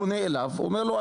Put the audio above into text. פונה אליו ואומר לו,